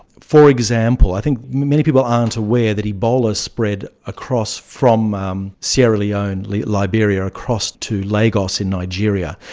for example, i think many people aren't aware that ebola spread across from um sierra leone, liberia, across to lagos in nigeria.